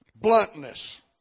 Bluntness